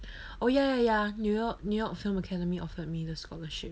oh ya ya ya new york new york film academy offered me the scholarship